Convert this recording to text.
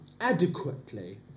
adequately